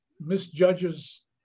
misjudges